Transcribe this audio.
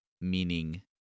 meaning